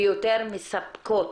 ויותר מספקות,